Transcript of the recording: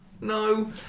no